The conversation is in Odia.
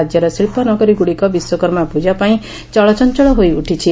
ରାଜ୍ୟର ଶିକ୍ ନଗରୀଗୁଡ଼ିକ ବିଶ୍ୱକର୍ମା ପ୍ରଜା ପାଇଁ ଚଳଞଳ ହୋଇଉଠିଛି